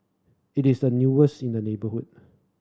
it is the newest in the neighbourhood